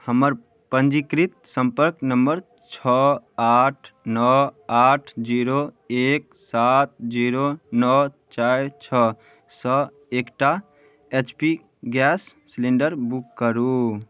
हमर पञ्जीकृत सम्पर्क नम्बर छओ आठ नओ आठ जीरो एक सात जीरो नओ चारि छओ सँ एकटा H P gas cylinder book करू